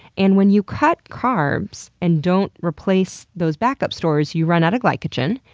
and when you cut carbs and don't replace those back-up stores, you run out of glycogen,